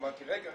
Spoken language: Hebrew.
אמרתי: רגע,